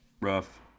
Rough